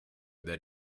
that